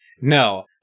no